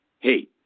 Hey